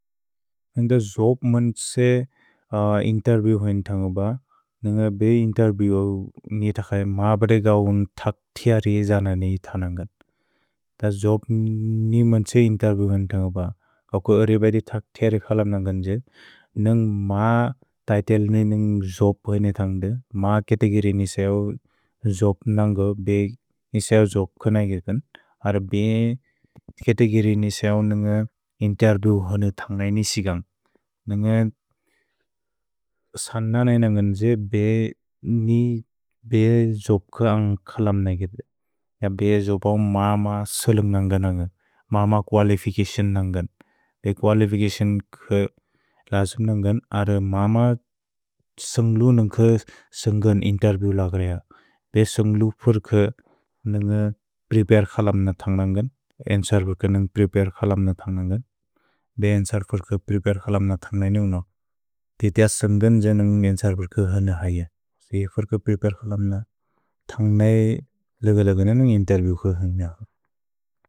जोप् मन् त्से इन्तेर्विएव् हैन् तन्ग ब, नन्ग बे इन्तेर्विएव् नित खै म प्रए गवुन् तक् तिअ रेज ननि इत नन्गत्। जोप् नि मन् त्से इन्तेर्विएव् हैन् तन्ग ब, ककु अरिबदि तक् तिअ रे खलप् नन्गन् जिद्, नन्ग् म तैतेल्नि नन्ग् जोप् हैन् तन्ग दे, म केतेगिरि निसएव् जोप् नन्ग बे निसएव् जोप् खै नन्गत् कन्, अर बे केतेगिरि निसएव् नन्ग इन्तेर्विएव् हैन् तन्ग ननि सिगन्ग्। नन्ग सन्न ननि नन्गन् त्से बे, नि, बे जोप् खै अन्ग् खलप् नन्गत्, य बे जोप् औ म म सेलन्ग् नन्ग नन्ग, म म कुअलिफिचतिओन् नन्गन्। भे कुअलिफिचतिओन् खै लजु नन्गन्, अर म म सन्ग्लु नन्ग खै सन्गन् इन्तेर्विएव् लगरेय, बे सन्ग्लु फुर् खै नन्ग प्रेपरे खलप् न तन्ग नन्गन्, अन्सर् फुर् खै नन्ग् प्रेपरे खलप् न तन्ग नन्गन्, बे अन्सर् फुर् खै प्रेपरे खलप् न तन्ग ननि उनक्, ते तिअ सन्गन् ज नन्ग् अन्सर् फुर् खै हैन् नहैय, से ये फुर् खै प्रेपरे खलप् न तन्ग नै लग लग नन्ग् इन्तेर्विएव् खै हैन् नह।